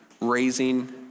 raising